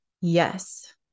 yes